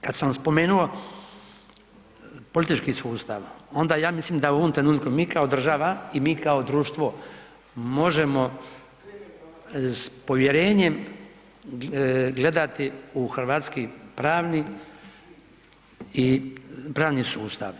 Kada sam spomenuo politički sustav onda ja mislim da u ovom trenutku mi kao država i mi kao društvo možemo s povjerenjem gledati u hrvatski pravni sustav.